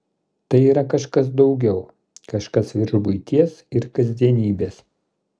tai yra kažkas daugiau kažkas virš buities ir kasdienybės